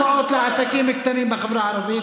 לעסקים קטנים בחברה הערבית.